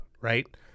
right